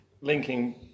linking